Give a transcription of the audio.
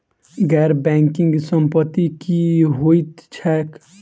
गैर बैंकिंग संपति की होइत छैक?